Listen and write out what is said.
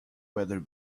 weather